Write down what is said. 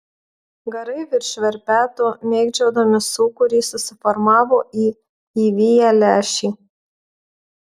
garai virš verpeto mėgdžiodami sūkurį susiformavo į įviją lęšį